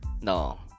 No